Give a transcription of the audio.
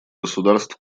государств